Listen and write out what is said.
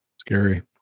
Scary